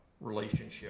relationship